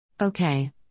Okay